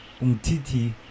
Umtiti